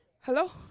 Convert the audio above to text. Hello